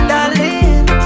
Darling